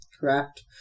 Correct